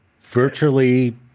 virtually